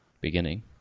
beginning